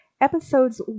Episodes